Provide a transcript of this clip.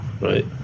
right